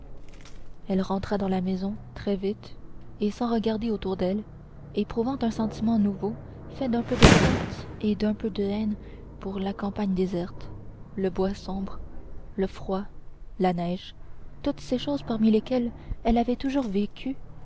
elle entra dans la maison très vite sans regarder autour d'elle éprouvant un sentiment nouveau fait d'un peu de crainte et d'un peu de haine pour la campagne déserte le bois sombre le froid la neige toutes ces choses parmi lesquelles elle avait toujours vécu